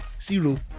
zero